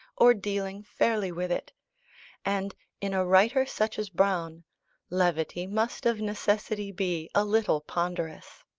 or dealing fairly with it and in a writer such as browne levity must of necessity be a little ponderous.